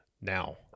Now